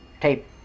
tape